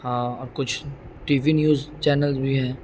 ہاں اور کچھ ٹی وی نیوز چینلز بھی ہیں